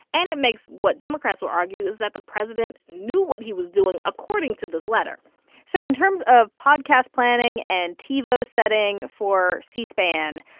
and it makes what democrats will argue is that the president knew what he was doing, according to this letter so in terms of podcast planning and tivo setting for c-span,